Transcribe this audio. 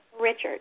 Richard